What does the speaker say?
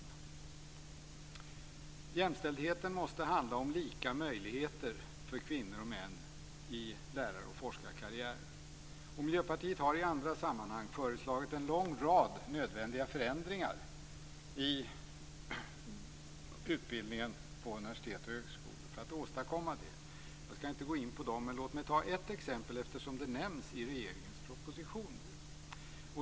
Jämställdhet måste handla om lika möjligheter för kvinnor och män i lärar och forskarkarriären. Miljöpartiet har i andra sammanhang föreslagit en lång rad nödvändiga förändringar av utbildningen på universitet och högskolor för att åstadkomma det. Jag skall inte gå in på dem. Men låt mig ta ett exempel eftersom det nämns i regeringens proposition.